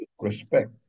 respect